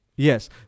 Yes